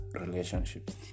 relationships